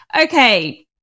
Okay